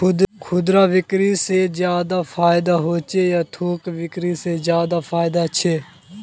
खुदरा बिक्री से ज्यादा फायदा होचे या थोक बिक्री से ज्यादा फायदा छे?